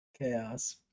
Chaos